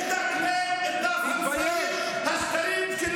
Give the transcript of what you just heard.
אתם רוצים להסתיר מהעולם את הזוועות.